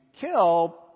kill